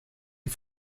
die